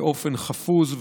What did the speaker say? באופן חפוז,